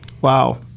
Wow